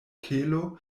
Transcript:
kelo